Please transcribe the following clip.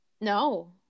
No